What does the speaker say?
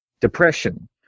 Depression